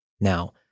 Now